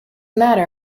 matter